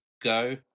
go